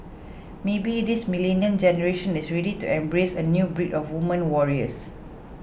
maybe this millennial generation is ready to embrace a new breed of women warriors